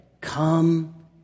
come